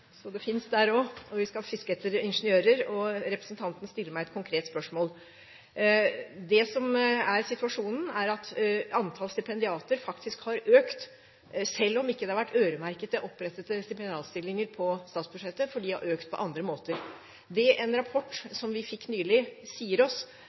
finnes der også, og vi skal fiske etter ingeniører. Representanten stiller meg et konkret spørsmål. Det som er situasjonen, er at antall stipendiater faktisk har økt, selv om det ikke har vært opprettet øremerkede stipendiatstillinger på statsbudsjettet, for de har økt på andre måter. Det en rapport som vi fikk nylig, sier oss,